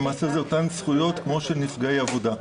הן למעשה אותן זכויות כמו של נפגעי עבודה.